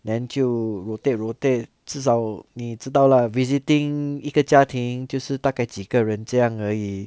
then 就 rotate rotate 至少你知道 lah visiting 一个家庭就是大概几个人这样而已